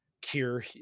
cure